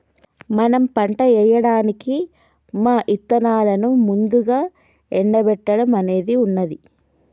మనం పంట ఏయడానికి మా ఇత్తనాలను ముందుగా ఎండబెట్టడం అనేది ఉన్నది